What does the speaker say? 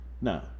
No